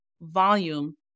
volume